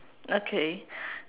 okay